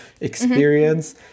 experience